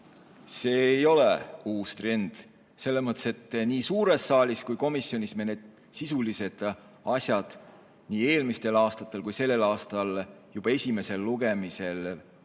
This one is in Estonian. See ei ole uus trend, selles mõttes, et nii suures saalis kui ka komisjonis me oleme need sisulised asjad eelmistel aastatel ja sel aastal juba esimesel lugemisel